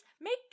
make